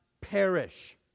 perish